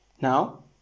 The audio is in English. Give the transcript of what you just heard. Now